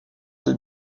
des